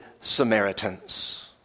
Samaritans